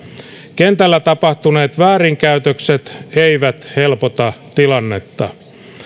kentällä tapahtuneet väärinkäytökset eivät helpota tilannetta